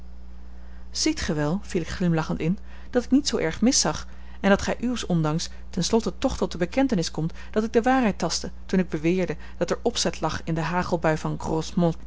wel viel ik glimlachend in dat ik niet zoo erg mis zag en dat gij uws ondanks ten slotte toch tot de bekentenis komt dat ik de waarheid tastte toen ik beweerde dat er opzet lag in de hagelbui van gros